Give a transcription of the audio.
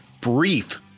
brief